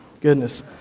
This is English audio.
Goodness